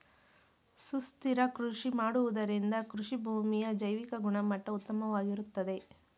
ಸುಸ್ಥಿರ ಕೃಷಿ ಮಾಡುವುದರಿಂದ ಕೃಷಿಭೂಮಿಯ ಜೈವಿಕ ಗುಣಮಟ್ಟ ಉತ್ತಮವಾಗಿರುತ್ತದೆ